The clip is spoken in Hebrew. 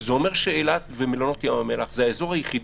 זה אומר שאילת ומלונות ים המלח זה האזור היחיד